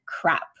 crap